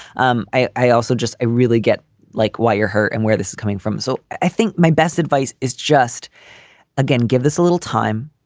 um i i also just i really get like why you're her and where this is coming from. so i think my best advice is just again, give us a little time.